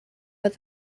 but